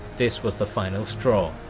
this was the final straw.